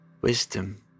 wisdom